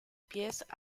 pies